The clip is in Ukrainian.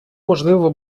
можливо